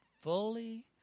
Fully